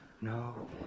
No